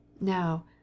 Now